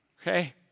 okay